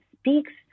speaks